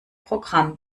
programm